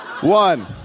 One